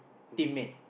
teammate